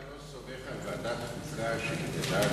אתה לא סומך על ועדת החוקה שהיא תדע,